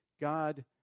God